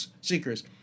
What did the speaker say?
seekers